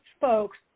folks